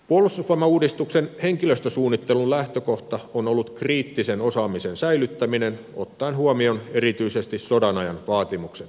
puolustusvoimauudistuksen henkilöstösuunnittelun lähtökohta on ollut kriittisen osaamisen säilyttäminen ottaen huomioon erityisesti sodan ajan vaatimukset